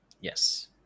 Yes